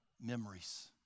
memories